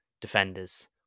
defenders